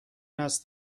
است